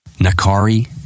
Nakari